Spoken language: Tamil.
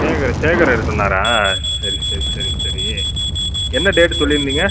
சேகர் சேகர் சொன்னாரா சரி சரி சரி சரீ என்ன டேட் சொல்லியிருந்தீங்க